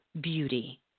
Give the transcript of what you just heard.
beauty